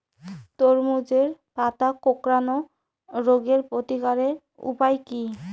তরমুজের পাতা কোঁকড়ানো রোগের প্রতিকারের উপায় কী?